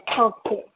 okay